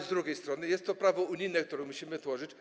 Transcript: Z drugiej strony to jest prawo unijne, które musimy tworzyć.